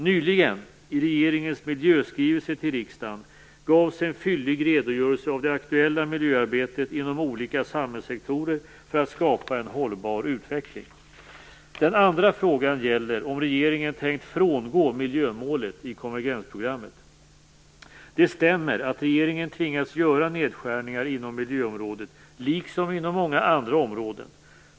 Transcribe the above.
Nyligen, i regeringens miljöskrivelse till riksdagen, gavs en fyllig redogörelse av det aktuella miljöarbetet inom olika samhällssektorer för att skapa en hållbar utveckling. Den andra frågan gäller om regeringen tänkt frångå miljömålet i konvergensprogrammet. Det stämmer att regeringen tvingats göra nedskärningar inom miljöområdet, liksom inom många andra områden.